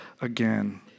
again